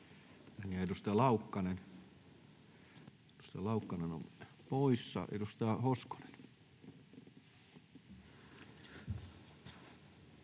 Edustaja Laukkanen on poissa. — Edustaja Hoskonen.